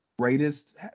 Greatest